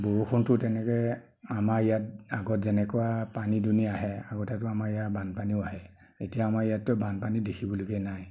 বৰষুণটো তেনেকৈ আমাৰ ইয়াত আগত যেনেকুৱা পানী দুনি আহে আগতেটো আমাৰ ইয়াত বানপানীও আহে এতিয়া আমাৰ ইয়াতটো বানপানী দেখিবলৈকে নাই